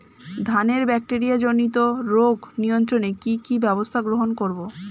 ধানের ব্যাকটেরিয়া জনিত রোগ নিয়ন্ত্রণে কি কি ব্যবস্থা গ্রহণ করব?